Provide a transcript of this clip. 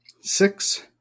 six